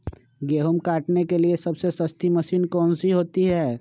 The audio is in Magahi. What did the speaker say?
गेंहू काटने के लिए सबसे सस्ती मशीन कौन सी होती है?